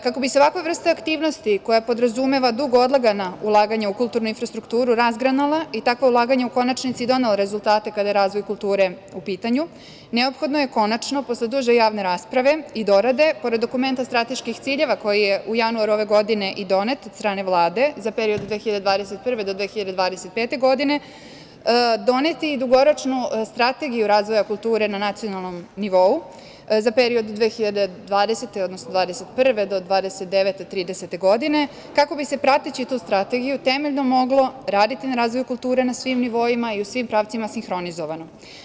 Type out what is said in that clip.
Kako bi se ovakva vrsta aktivnosti, koja podrazumeva dugo odlagana ulaganja u kulturnu infrastrukturu, razgranala i takva ulaganja u konačnici donela rezultate kada je razvoj kulture u pitanju, neophodno je konačno, posle duže javne rasprave i dorade, pored dokumenta strateških ciljeva koji je u januaru ove godine i donet od strane Vlade za period od 2021. do 2025. godine, doneti dugoročnu strategiju razvoja kulture na nacionalnom nivou za period 2020/21. do 2029/30. godine, kako bi se prateći tu strategiju temeljno moglo raditi na razvoju kulture na svim nivoima i svim pravcima sinhronizovano.